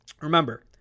Remember